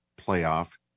playoff